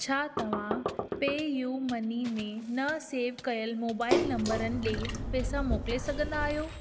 छा तव्हां pay U money में न सेव कयल मोबाइल नंबरनि ले पेसा मोकिले सघंदा आहियो